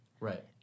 Right